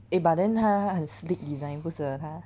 eh but then 它很 sleek design 不适合他